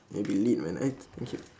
may be lit man right okay